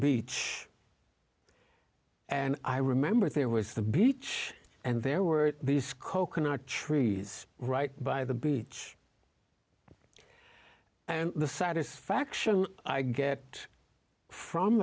beach and i remember there was the beach and there were these coconut trees right by the beach and the satisfaction i get from